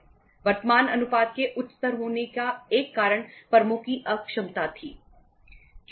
वर्तमान अनुपात के उच्च स्तर होने का एक कारण फर्मों की अक्षमता थी